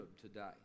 today